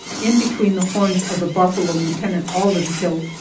in between the horns of the buffalo lieutenant alden killed,